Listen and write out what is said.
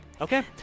Okay